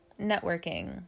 networking